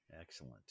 Excellent